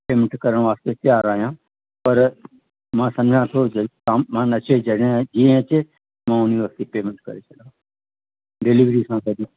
payment करण वास्ते तयार आहियां पर मां समुझां थो जे सामान अचे जॾहिं अचे जीअं अचे मां हुन वक़्तु पेमेंट करे छॾां डिलीवरीअ सां गॾु